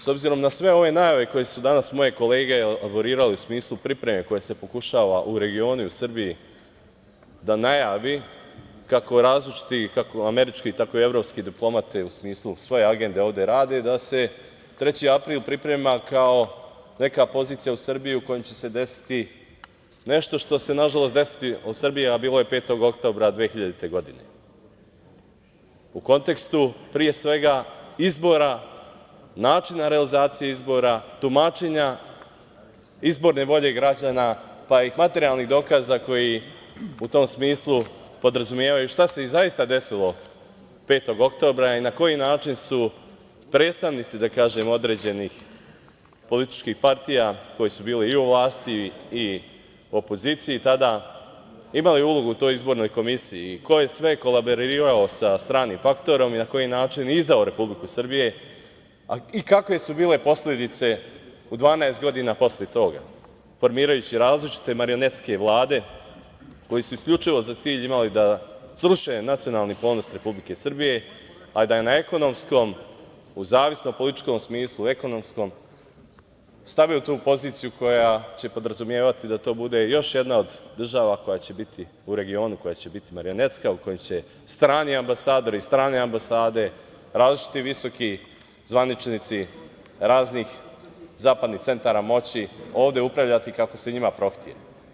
S obzirom na sve ove najave koje su danas moje kolege elaborirale u smislu pripreme koja se pokušava u regionu i u Srbiji da najavi, kako različiti kako američke, tako i evropske diplomate u smislu svoje agende ovde rade, da se 3. april priprema kao neka pozicija u Srbiji u kojoj će se desiti nešto što se nažalost desilo u Srbiji, a bilo je 5. oktobra 2000. godine, a u kontekstu izbora, načina realizacije izbora, tumačenja izborne volje građana, pa i materijalnih dokaza koji u tom smislu podrazumevaju i šta se zaista desilo 5. oktobra i na koji način su predstavnici, da kažem, određenih političkih partija, koje su bile i u vlasti i opoziciji tada, imale ulogu u toj izbornoj komisiji i ko je sve kolaborirao sa stranim faktorom i na koji način izdao Republiku Srbiju i kakve su bile posledice u 12 godina posle toga, formirajući različite marionetske vlade koje su isključivo za cilj imale da sruše nacionalni ponos Republike Srbije, a da je na ekonomskom, u zavisno političkom smislu, ekonomskom, stavio u tu poziciju koja će podrazumevati da to bude još jedna od država koja će biti u regionu, koja će biti marionetska, u kojoj će strani ambasadori, strane ambasade, različiti visoki zvaničnici raznih zapadnih centara moći ovde upravljati kako se njima prohte.